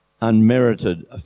unmerited